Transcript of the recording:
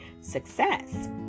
success